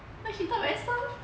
but she talk very soft